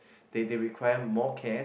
they they require more care